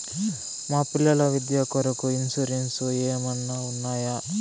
మా పిల్లల విద్య కొరకు ఇన్సూరెన్సు ఏమన్నా ఉన్నాయా?